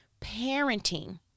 parenting